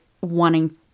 wanting